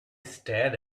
stared